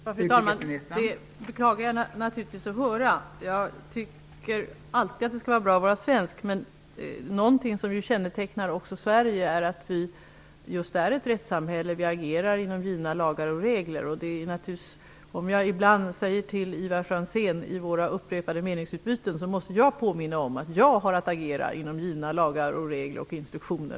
Fru talman! Jag beklagar naturligtvis detta. Jag tycker att det alltid skall vara bra att vara svensk. Men någonting som också kännetecknar Sverige är att vi är ett rättssamhälle, vi agerar inom givna lagar och regler. Ibland måste jag i våra upprepade meningsutbyten påminna Ivar Franzén om att jag har att agera inom givna lagar, regler och instruktioner.